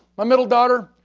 my middle daughter,